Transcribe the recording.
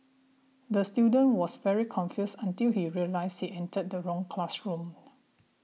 the student was very confused until he realised he entered the wrong classroom